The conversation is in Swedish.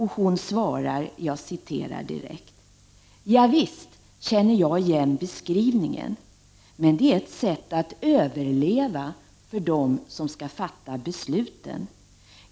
Hon svarar: ”Javisst känner jag igen beskrivningen. Men det är ett sätt att överleva för dem som skall fatta besluten.